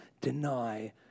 deny